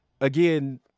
Again